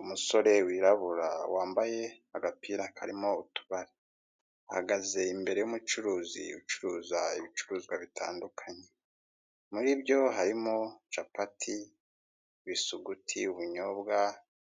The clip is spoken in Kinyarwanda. Umusore wirabura wambaye agapira karimo utubara, ahagaze imbere y'umucuruzi ucuruza ibicuruzwa bitandukanye, muri byo harimo capati, bisuguti, ubunyobwa,